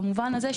במובן הזה,